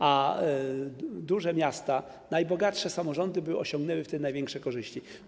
A duże miasta, najbogatsze samorządy osiągnęłyby z tego największe korzyści.